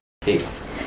peace